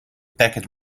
package